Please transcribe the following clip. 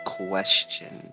question